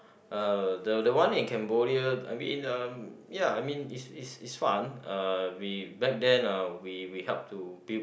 uh the the one in Cambodia I mean uh ya I mean it's it's it's fun uh we back then uh we we help to build